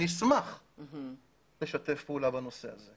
אני אשמח לשתף פעולה בנושא הזה.